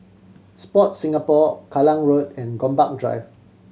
Sport Singapore Kallang Road and Gombak Drive